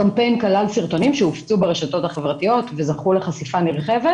הקמפיין כלל סרטונים שהופצו ברשתות החברתיות וזכו לחשיפה נרחבת